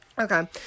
okay